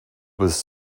was